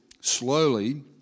slowly